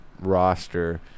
roster